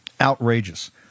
Outrageous